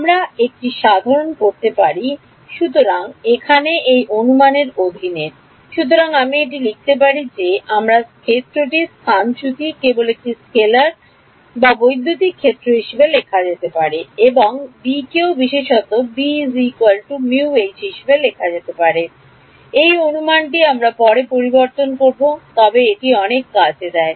আমরা এটি সাধারণ করতে পারি সুতরাং এখানে এই অনুমানের অধীনে সুতরাং আমি এটি লিখতে পারি যে আমার স্থানচ্যুতি ক্ষেত্রটি কেবল একটি স্কেলার বার বৈদ্যুতিক ক্ষেত্র হিসাবে লেখা যেতে পারে এবং বি কেও বিশেষত হিসাবে লেখা যেতে পারে এই অনুমানটি আমরা পরে পরিবর্তন করব তবে এটি অনেক কাজ নেয়